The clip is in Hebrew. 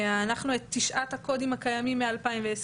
אנחנו תמחרנו מחדש את תשעת הקודים הקיימים מ-2010,